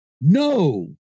no